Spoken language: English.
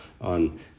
on